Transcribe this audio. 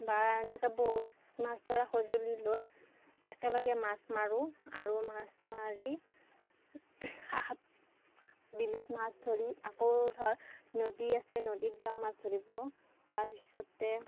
বা এনেকৈ বহুত মাছ ধৰা সঁজুলি লৈ একেলগে মাছ মাৰোঁ আৰু মাছ মাৰি বিলত মাছ ধৰি আকৌ ধৰ নদী আছে নদীত যাওঁ মাছ ধৰিব তাৰ পিছতে